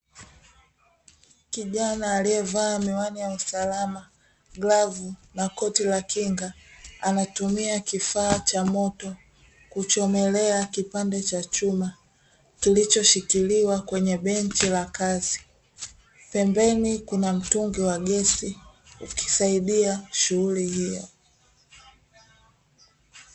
Kijana aliyevaa miwani ya usalama, glavu na koti la kinga anatumia kifaa cha moto kuchomelea kipande cha chuma, kilichoshikiliwa kwenye benchi la kazi, pembeni kuna mtungi wa gesi ikisaidia shughuli hiyo.